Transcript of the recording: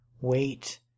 wait